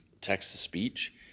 text-to-speech